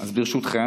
אז ברשותכם,